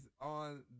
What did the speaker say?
on